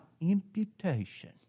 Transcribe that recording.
imputation